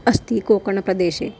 अस्ति कोकणप्रदेशे